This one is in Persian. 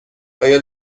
آیا